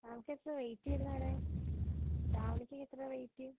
അതൊക്കെ എത്രെ റേറ്റ് വരുന്നവിടെ ധാവണിക്കൊക്കെ എത്ര റേറ്റ്